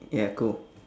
ya cool